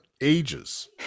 ages